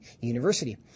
University